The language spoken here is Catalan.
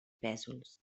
pésols